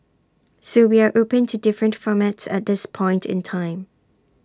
so we are open to different formats at this point in time